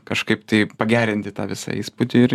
kažkaip taip pagerinti tą visą įspūdį ir